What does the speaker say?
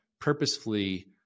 purposefully